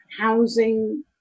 housing